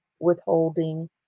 withholding